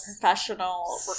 professional